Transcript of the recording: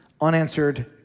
unanswered